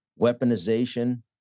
weaponization